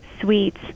sweets